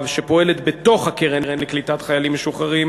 ושפועלת בתוך הקרן לקליטת חיילים משוחררים,